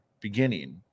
beginning